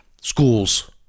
schools